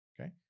okay